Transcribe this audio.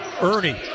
Ernie